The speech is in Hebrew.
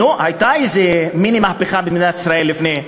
נו, הייתה איזה מיני מהפכה במדינת ישראל לפני,